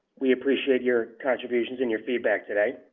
we appreciate your contributions and your feedback today.